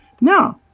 no